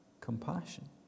compassion